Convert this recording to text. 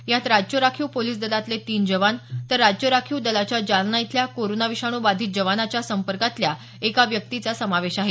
यात राज्य राखीव पोलीस दलातले तीन जवान तर राज्य राखीव दलाच्या जालना इथल्या कोरोना विषाणू बाधित जवानाच्या संपर्कातल्या एका व्यक्तीचा समावेश आहे